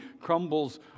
crumbles